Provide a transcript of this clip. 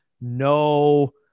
no